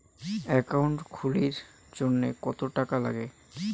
Account খুলির জন্যে কত টাকা নাগে?